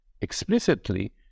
explicitly